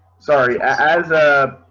sorry, as a,